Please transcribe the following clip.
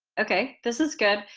okay this is good,